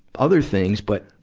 other things. but,